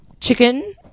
chicken